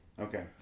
Okay